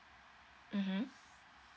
(uh huh)